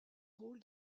rôle